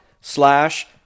slash